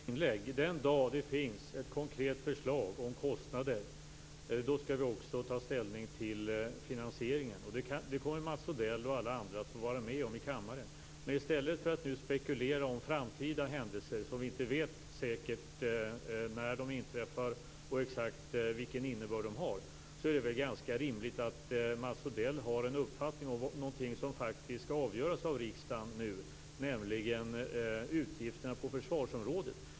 Fru talman! Det var många slingerbultar i detta inlägg. Den dag det finns ett konkret förslag om kostnader skall vi också ta ställning till finansieringen. Det kommer Mats Odell och alla andra att få vara med om i kammaren. I stället för att nu spekulera om framtida händelser, som vi inte vet säkert när de inträffar och exakt vilken innebörd de har, är det ganska rimligt att Mats Odell har en uppfattning om någonting som faktiskt skall avgöras av riksdagen nu, nämligen utgifterna på försvarsområdet.